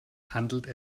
handelt